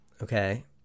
okay